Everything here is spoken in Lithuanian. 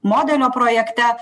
modelio projekte